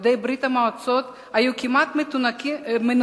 יהודי ברית-המועצות היו כמעט מנותקים